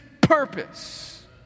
purpose